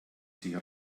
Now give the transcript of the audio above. sie